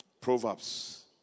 Proverbs